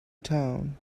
town